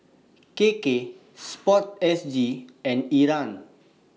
K K Sport S G and IRAS